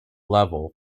level